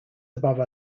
above